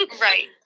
Right